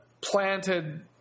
planted